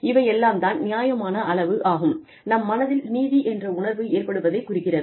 இவை எல்லாம் தான் நியாயமான அளவு ஆகும் நம் மனதில் நீதி என்ற உணர்வு ஏற்படுவதை குறிக்கிறது